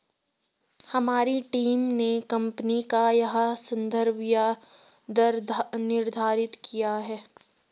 हमारी टीम ने कंपनी का यह संदर्भ दर निर्धारित किया है